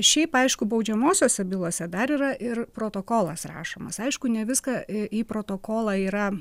šiaip aišku baudžiamosiose bylose dar yra ir protokolas rašomas aišku ne viską į protokolą yra